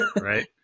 Right